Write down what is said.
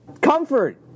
comfort